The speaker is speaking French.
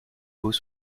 beaux